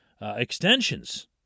extensions